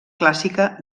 clàssica